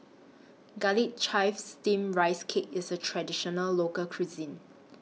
Garlic Chives Steamed Rice Cake IS A Traditional Local Cuisine